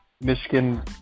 Michigan